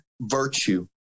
virtue